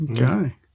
Okay